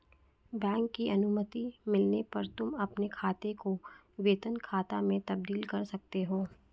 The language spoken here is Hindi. बैंक की अनुमति मिलने पर तुम अपने खाते को वेतन खाते में तब्दील कर सकते हो